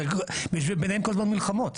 הרי יש ביניהם כל הזמן מלחמות,